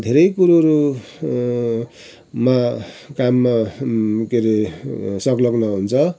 धेरै कुरोहरू मा काममा के अरे संलग्न हुन्छ